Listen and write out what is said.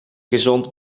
gezond